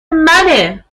منه